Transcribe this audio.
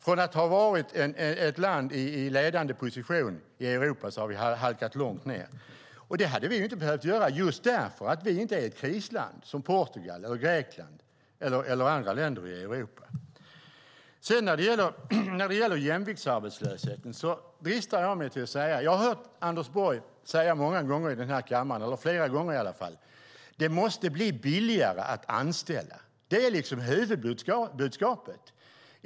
Från att ha varit ett land i ledande position i Europa har vi alltså halkat långt ned. Det hade vi inte behövt göra just därför att vi inte är ett krisland som Portugal, Grekland och andra länder i Europa. När det gäller jämviktsarbetslösheten har jag hört Anders Borg säga flera gånger i den här kammaren att det måste bli billigare att anställa. Det är liksom huvudbudskapet.